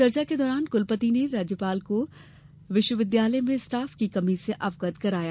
चर्चा के दौरान कुलपति ने राज्यपाल को विश्वविद्यालय में स्टॉफ की कमी से अवगत कराया